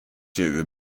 huvud